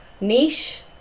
niche